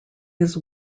his